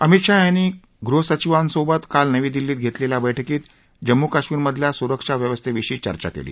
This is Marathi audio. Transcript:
अमित शहा यांनी गृहसचिवांसोबत काल नवी दिल्लीत घेतलेल्या बैठकीत जम्मू काश्मीरमधल्या सुरक्षा व्यवस्थेविषयी चर्चा केली